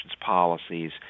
policies